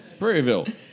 Prairieville